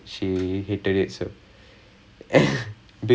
so இப்போ என்ன:ippo enna humanities பக்கம் சாஞ்சிட்டாங்களா அவங்க:pakkam saanjittaangalaa avanga